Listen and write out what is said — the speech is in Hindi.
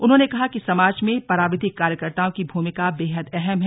उन्होंने कहा कि समाज में पराविधिक कार्यकर्ताओं की भूमिका बेहद अहम है